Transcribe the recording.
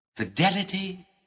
Fidelity